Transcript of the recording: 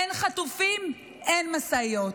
אין חטופים, אין משאיות.